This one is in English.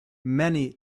many